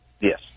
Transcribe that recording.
Yes